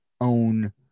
own